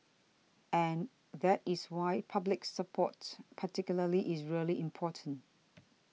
and that is why public support particularly is really important